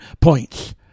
points